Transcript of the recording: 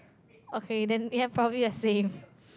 okay then ya probably a same